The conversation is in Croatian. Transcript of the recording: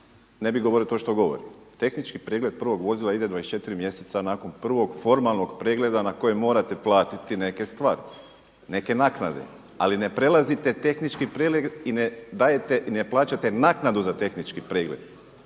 ne bi govorio to što govori. Tehnički pregled prvog vozila ide 24 mjeseca nakon prvog formalnog pregleda na koje morate platiti neke stvari, neke naknade ali ne prelazite tehnički pregled i ne dajete i ne plaćate naknadu za tehnički pregled,